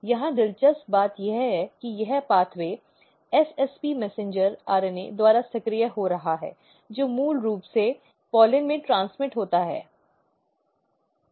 यहां दिलचस्प बात यह है कि यह पेथ्वे SSP मैसेंजर RNA द्वारा सक्रिय हो रहा है जो मूल रूप से pollensपॉल्इन से ट्रेन्ज़्मिट होता है